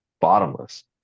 bottomless